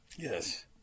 Yes